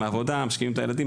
משכיבים את הילדים,